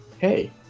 hey